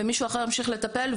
ומישהו אחר ימשיך לטפל,